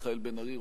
מיכאל בן-ארי,